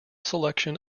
selection